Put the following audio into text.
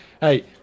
Hey